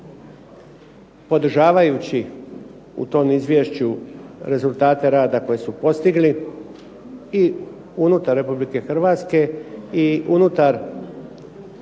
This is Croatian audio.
podržavajući u tom izvješću rezultate rada koje su postigli i unutar Republike Hrvatske i unutar